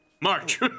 march